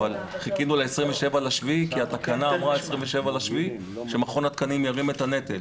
אבל חיכינו ל-27.7 כי התקנה אמרה 27.7 שמכון התקנים ירים את הנטל.